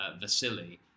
Vasily